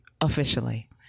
officially